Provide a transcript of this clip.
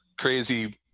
crazy